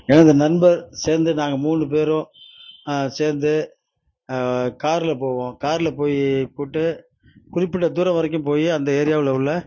எனது நண்பர் சேர்ந்து நாங்கள் மூணு பேரும் சேர்ந்து காரில் போவோம் காரில் போயிப்புட்டு குறிப்பிட்ட தூரம் வரைக்கும் போய் அந்த ஏரியாவில் உள்ள